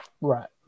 Right